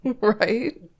right